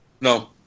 No